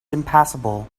impassable